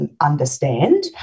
Understand